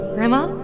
Grandma